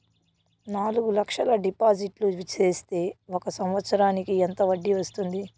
నాలుగు లక్షల డిపాజిట్లు సేస్తే ఒక సంవత్సరానికి ఎంత వడ్డీ వస్తుంది?